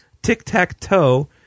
Tic-tac-toe